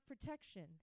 protection